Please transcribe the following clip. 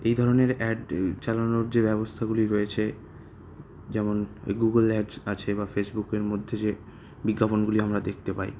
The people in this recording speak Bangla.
এই ধরনের অ্যাড চালানোর যে ব্যবস্থাগুলি রয়েছে যেমন ওই গুগল অ্যাপস আছে বা ফেসবুকের মধ্যে যে বিজ্ঞাপনগুলি আমরা দেখতে পাই